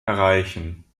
erreichen